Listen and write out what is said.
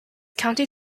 county